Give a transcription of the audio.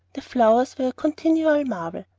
the flowers were a continual marvel.